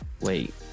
wait